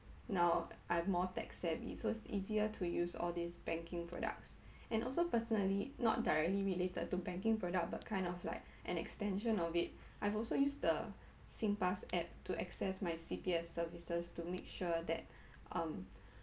now are more tech savvy so it's easier to use all these banking products and also personally not directly related to banking product but kind of like an extension of it I've also use the singpass app to access my C_P_F services to make sure that um